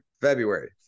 February